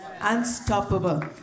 unstoppable